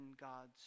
God's